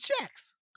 checks